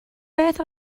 beth